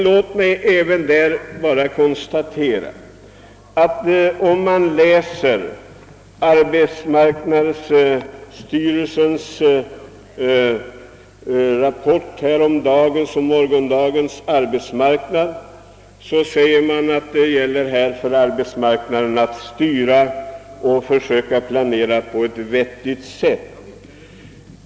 Låt mig nu bara konstatera att man i arbetsmarknadsstyrelsens rapport om morgondagens arbetsmarknad, som avlämnades för en tid sedan, säger att arbetsmarknadsstyrelsen har att styra utvecklingen och att försöka planera på ett vettigt sätt.